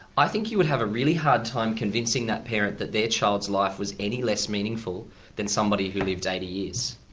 i think you would have a really hard time convincing that parent that their child's life was any less meaningful than somebody who lived eighty years.